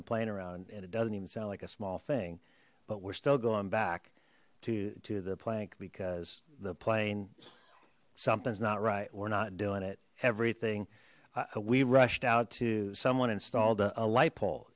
the plane around it doesn't even sound like a small thing but we're still going back to to the plank because the plane something's not right we're not doing it everything we rushed out to someone installed a light pole